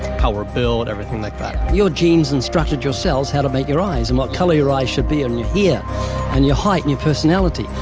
how we're built, everything like that. your genes instructed your cells how to make your eyes, and what color your eyes should be and your hair and your height and your personality.